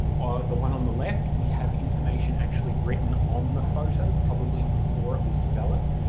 the one on the left, we have information actually written on the photo, probably before it was developed.